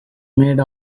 made